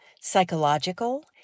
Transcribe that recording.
psychological